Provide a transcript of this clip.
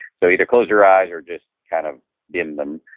so either close your eyes, or just kind of dim them,